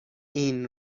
این